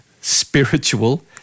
spiritual